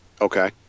Okay